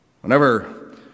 Whenever